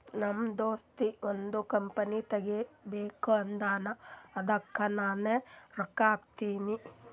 ನಮ್ ದೋಸ್ತ ಒಂದ್ ಕಂಪನಿ ತೆಗಿಬೇಕ್ ಅಂದಾನ್ ಅದ್ದುಕ್ ನಾನೇ ರೊಕ್ಕಾ ಹಾಕಿನಿ